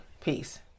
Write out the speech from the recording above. Peace